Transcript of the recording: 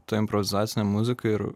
ta improvizacinė muzika ir